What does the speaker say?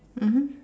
mmhmm